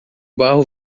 barro